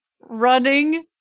running